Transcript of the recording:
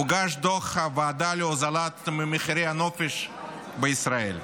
הוגש דוח הוועדה להוזלת מחירי הנופש בישראל.